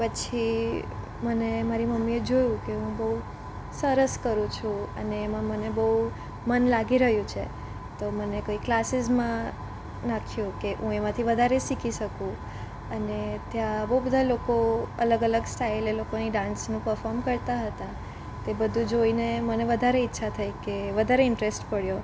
પછી મને મારી મમ્મીએ જોયું કે હું બહુ સરસ કરું છું અને એમાં મને બહુ મન લાગી રહ્યું છે તો મને કોઈ ક્લાસીસમાં નાખ્યો કે હું એમાંથી વધારે શીખી શકું અને ત્યાં બહુ બધા લોકો અલગ અલગ સ્ટાઈલ એ લોકોની ડાન્સનું પર્ફોમ કરતા હતા તે બધું જોઈને મને વધારે ઈચ્છા થઈ કે વધારે ઇન્ટરસ્ટ પડ્યો